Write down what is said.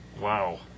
Wow